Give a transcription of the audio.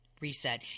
reset